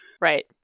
Right